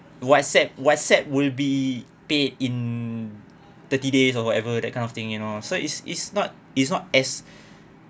whatsapp whatsapp will be paid in thirty days or whatever that kind of thing you know so it's it's not it's not as